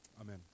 Amen